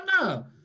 no